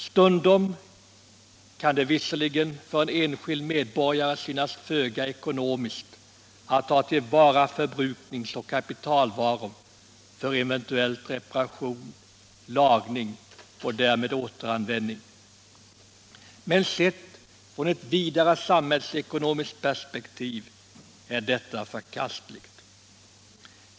Stundom kan det visserligen för en enskild medborgare synas föga ekonomiskt att ta till vara förbruknings och ka Miljövårdspoliti pitalvaror för eventuell reparation, lagning och därmed återanvändning, men sett från ett vidare samhällsekonomiskt perspektiv är en sådan inställning förkastlig.